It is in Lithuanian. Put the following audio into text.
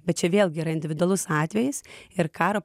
bet čia vėlgi yra individualus atvejis ir karo